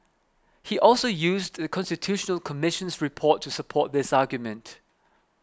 he also used The Constitutional Commission's report to support this argument